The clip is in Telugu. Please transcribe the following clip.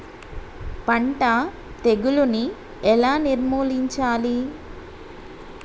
పంట తెగులుని ఎలా నిర్మూలించాలి?